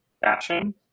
fashion